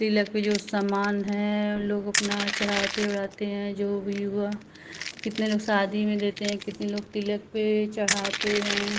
तिलक पर जो समान है उन लोग अपना चढ़ाते ओढ़ाते हैं जो भी हुआ कितने लोग शादी में देते हैं कितने लोग तिलक पर चढ़ाते हैं